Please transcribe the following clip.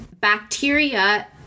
bacteria